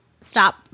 stop